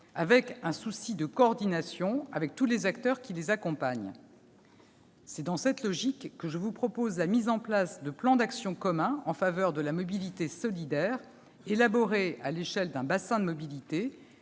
avec un souci de coordination avec tous les acteurs qui les accompagnent. C'est dans cette logique que je vous propose la mise en place de plans d'action communs en faveur de la mobilité solidaire, élaborés à l'échelle d'un bassin de mobilité,